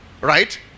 right